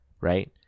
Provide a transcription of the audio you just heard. Right